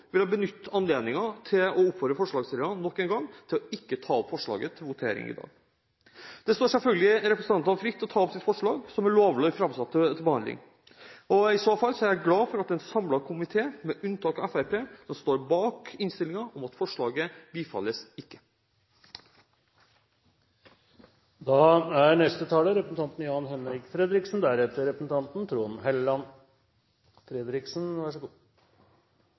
vil jeg benytte anledningen til å oppfordre forslagsstillerne nok en gang til ikke å ta opp forslaget til votering i dag. Det står selvfølgelig representantene fritt å ta opp sitt forslag, som er lovlig framsatt til behandling. I så fall er jeg glad for at det er en samlet komité, med unntak av Fremskrittspartiet, som står bak innstillingen om at forslaget ikke bifalles. Det er hyggelig at vi får lov til å fremme forslag i denne sal. Det er på høy tid å si opp ILO-konvensjon nr. 169, da